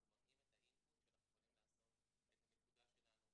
אנחנו מראים את האימפוט וכי אנחנו יכולים את הנקודה שלנו,